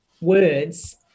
words